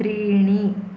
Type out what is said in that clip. त्रीणि